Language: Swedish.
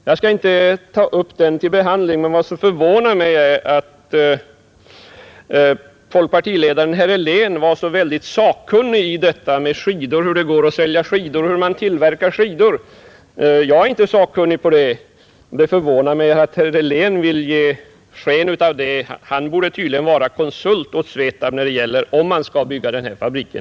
Jag skall inte ta upp den till behandling, men vad som förvånar mig är att folkpartiledaren herr Helén är så sakkunnig om hur man skall tillverka och sälja skidor. Jag är inte sakkunnig härvidlag, och det förvånar mig, att herr Helén vill ge sken av att vara det. Han borde tydligen vara konsult åt Svetab när det gäller byggandet av denna fabrik.